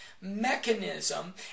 mechanism